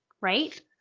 right